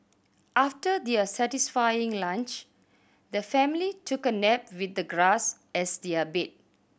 after their satisfying lunch the family took a nap with the grass as their bed